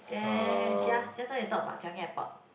there ya just now you talk about Changi Airport